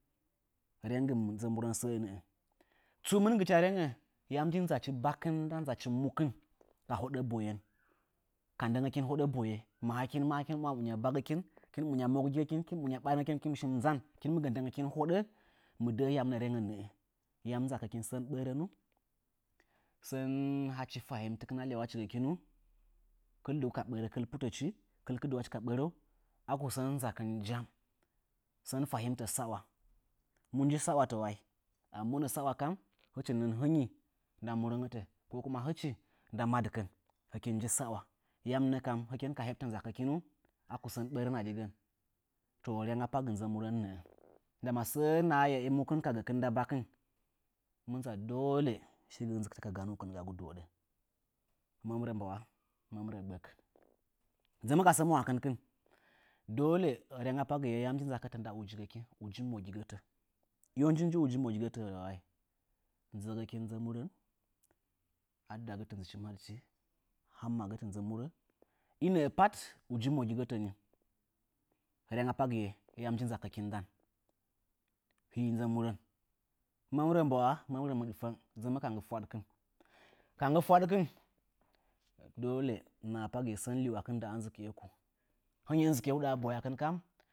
Rengɨ nzə murə səə nəə tsumɨngɨcha rengə, yam nji nzachi bakɨn nda nzachi mukɨn ka hoɗə boyen, ka ndəngəkin hoɗə boye? Hɨkin maa, hɨkin mɨ una bagəkin, nɨkin mɨ una mogəkin nɨkin mɨ shi nzan ka hoɗə boyengəkin. Hɨkin mɨ gə nɗəngəkini hoɗə, mɨ ɗə'ə hiya mɨnə rengə nəə. Yam nzakəkin, sən ɓarənvu. sən hachi fahimtɨkɨn a gəka lyawachigəkinuu? Kɨl duguka ɓarə, kɨ putəchi ka ɓarəu? Aku sən nzakɨn jam? Sən fahimtə sawa? Mu nji sawatə wayin hɨchi nii hɨnyi nda murəngətə? Hɨchi nda madɨkɨn, hɨkin nji sawau yami nəkam hɨkin ka heɓtə nzakəkin nuu? Aku sən ɓarən adigən? To ryangapagɨ nzə murən nəə. Ndama səə nahaya i mukɨn nda bakin ka gəkɨn, mɨ nza dolə shigɨ ɨnzɨkɨtəa ganuu gagu dɨnoɗə. Hɨmə mɨ rə mbawa? Hɨmə mɨrə gbək. Dzɨmə ka sə mwa kɨnkin. Dolə ryanga pagɨye yam nji nzakətə nda ujigəkin uji mokɨn? I wo nji uji mogingətə wayi? Nzəgəkin nzə murə adagətə nzɨchi madɨchi, hammagətə nzə murə, i nəə pat, uji mogingətə nii. Ryangapagɨye yam nji nzakətə ndakin? Hii nzə murə, hɨməm mɨ rə mbawa? Hɨməm mɨ rə mɨɗtəng. Dzəmə ka nggɨ twaɗkɨn. Ka nggɨ fwaɗkɨn, dolə naha pagiyə sən liwakɨn nda ɨnzɨkpe ku? Hɨnyi ɨnzɨkɨe huɗaa bwayakɨn kam.